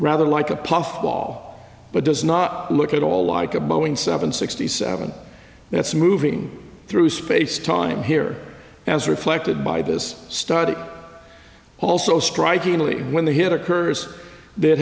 like a puffball but does not look at all like a boeing seven sixty seven that's moving through space time here as reflected by this study also strikingly when they hit a curse that